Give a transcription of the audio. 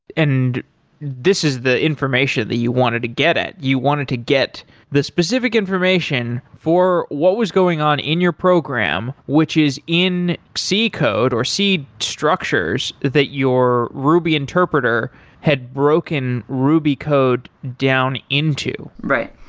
and this is the information that you wanted to get at. you wanted to get the specific information for what was going on in your program, which is in c code or c structures that your ruby interpreter had broken ruby code down into. right.